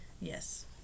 yes